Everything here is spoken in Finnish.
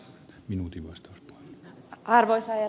arvoisa herra puhemies